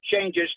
changes